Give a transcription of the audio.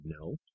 no